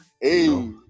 Hey